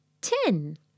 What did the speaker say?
ten